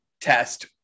test